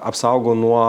apsaugo nuo